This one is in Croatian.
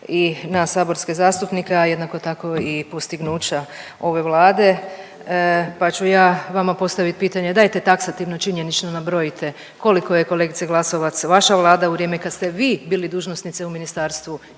i nas saborske zastupnike, a jednako tako i postignuća ove Vlade pa ću ja vama postaviti pitanje, dajte taksativno, činjenično nabrojite koliko je, kolegice Glasovac, vaša vlada u vrijeme kad ste vi bili dužnosnica u ministarstvu